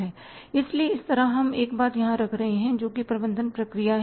इसलिए इस तरफ हम एक बात यहां रख रहे हैं जो कि प्रबंधन प्रक्रिया है